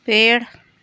पेड़